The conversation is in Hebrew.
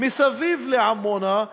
מסביב לעמונה,